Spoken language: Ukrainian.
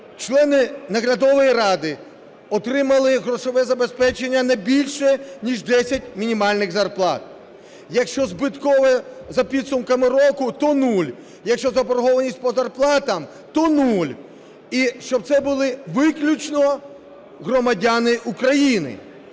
члени наглядової ради отримали грошове забезпечення не більше ніж 10 мінімальних зарплат. Якщо збитковий за підсумками року – то нуль, якщо заборгованість по зарплатам – то нуль. І щоб це були виключно громадяни України,